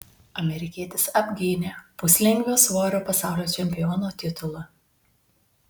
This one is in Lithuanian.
amerikietis apgynė puslengvio svorio pasaulio čempiono titulą